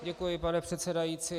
Děkuji, pane předsedající.